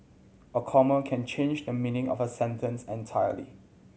a comma can change the meaning of a sentence entirely